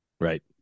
Right